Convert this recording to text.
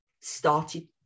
started